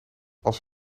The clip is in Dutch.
als